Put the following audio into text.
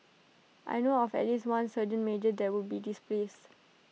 I know of at least one sergeant major that would be displeased